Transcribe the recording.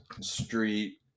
Street